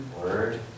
Word